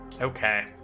Okay